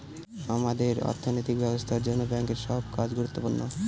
আমাদের অর্থনৈতিক ব্যবস্থার জন্য ব্যাঙ্কের সব কাজ গুরুত্বপূর্ণ